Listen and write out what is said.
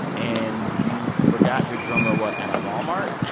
and you forgot your drummer what? at a walmart.